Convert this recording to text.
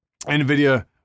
NVIDIA